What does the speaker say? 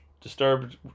disturbed